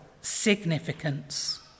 significance